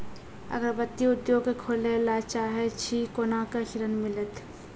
अगरबत्ती उद्योग खोले ला चाहे छी कोना के ऋण मिलत?